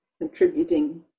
contributing